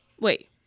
Wait